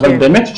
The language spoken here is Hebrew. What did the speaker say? אבל באמת,